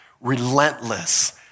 relentless